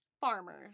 Farmers